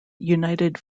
united